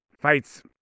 fights